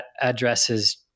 addresses